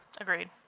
Agreed